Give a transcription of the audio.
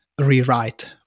rewrite